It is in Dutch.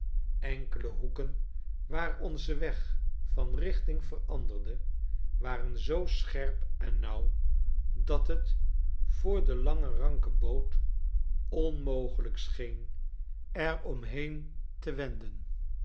enkele hoeken waar onze weg van richting veranderde waren zoo scherp en nauw dat het voor de lange ranke boot onmogelijk scheen er omheen te wenden